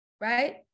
right